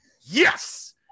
Yes